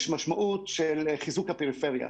יש משמעות של חיזוק הפריפריה.